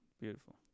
Beautiful